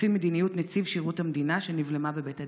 לפי מדיניות נציב שירות המדינה שנבלמה בבית הדין?